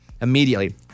Immediately